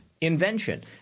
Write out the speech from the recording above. invention